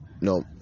no